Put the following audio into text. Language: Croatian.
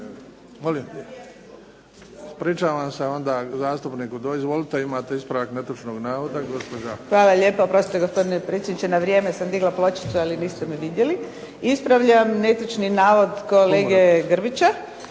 Ispričavam se onda zastupniku. Izvolite, imate ispravak netočnog navoda gospođa. **Pusić, Vesna (HNS)** Oprostite gospodine predsjedniče. Na vrijeme sam digla pločicu, ali niste me vidjeli. Ispravljam netočni navod kolege Grbića